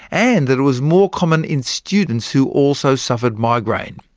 and that it was more common in students who also suffered migraine.